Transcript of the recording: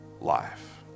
life